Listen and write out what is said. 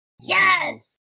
Yes